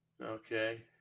Okay